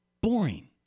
boring